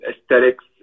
aesthetics